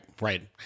Right